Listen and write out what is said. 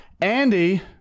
Andy